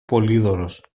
πολύδωρος